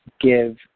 give